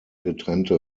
getrennte